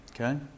Okay